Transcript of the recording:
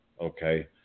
okay